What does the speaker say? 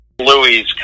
Louis